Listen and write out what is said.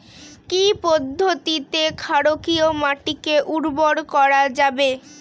কি পদ্ধতিতে ক্ষারকীয় মাটিকে উর্বর করা যাবে?